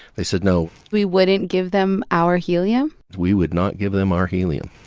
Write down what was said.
they said no we wouldn't give them our helium we would not give them our helium.